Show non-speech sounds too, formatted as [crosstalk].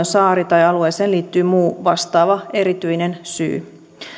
[unintelligible] saari tai alueeseen liittyy muu vastaava erityinen syy